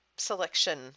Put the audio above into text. selection